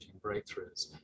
breakthroughs